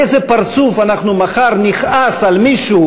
באיזה פרצוף אנחנו מחר נכעס על מישהו